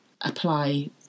apply